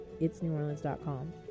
itsneworleans.com